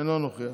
אינו נוכח,